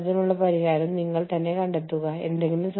അതിനാൽ നിങ്ങൾ വാഹനങ്ങൾ നിർമ്മിക്കുന്നത് ഒരേ കമ്പനിയിലാണ്